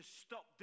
stop